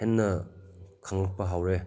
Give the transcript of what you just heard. ꯍꯦꯟꯅ ꯈꯪꯉꯛꯄ ꯍꯧꯔꯦ